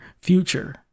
future